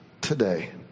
today